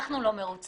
אנחנו לא מרוצים.